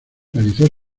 realizó